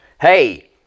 hey